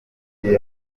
gihe